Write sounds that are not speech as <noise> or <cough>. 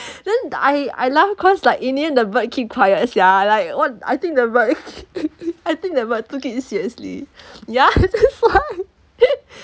then I I laugh cause like in the end the bird keep quiet sia like what I think the bird <laughs> I think the bird took it seriously <breath> ya that's why <laughs>